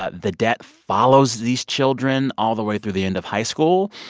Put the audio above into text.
ah the debt follows these children all the way through the end of high school.